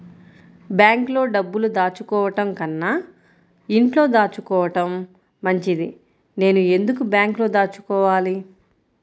బ్యాంక్లో డబ్బులు దాచుకోవటంకన్నా ఇంట్లో దాచుకోవటం మంచిది నేను ఎందుకు బ్యాంక్లో దాచుకోవాలి?